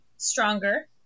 stronger